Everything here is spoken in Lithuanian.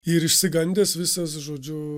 ir išsigandęs visas žodžiu